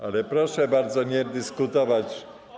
Ale proszę bardzo nie dyskutować.